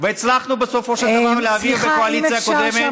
והצלחנו בסופו של דבר להעביר בקואליציה הקודמת,